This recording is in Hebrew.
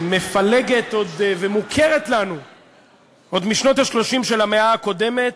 שמפלגת ומוכרת לנו עוד משנות ה-30 של המאה הקודמת,